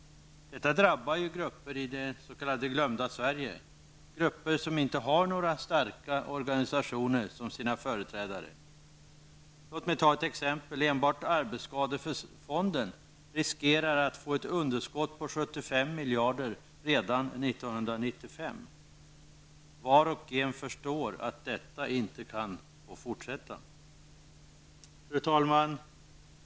Detta drabbar grupper i det ''glömda Sverige'' -- grupper som inte har några starka organisationer som sina företrädare. Låt mig ta ett exempel. Enbart arbetsskadefonden riskerar att få ett underskott på 75 miljarder redan 1995. Var och en förstår att detta inte kan få fortsätta. Fru talman!